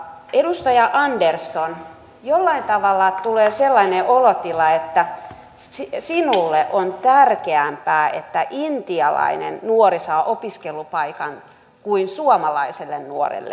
edustaja andersson jollain tavalla tulee sellainen olotila että sinulle on tärkeämpää että intialainen nuori saa opiskelupaikan kuin suomalaiselle nuorelle